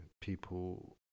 people